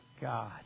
God